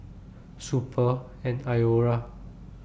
Schick Super and Iora